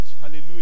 Hallelujah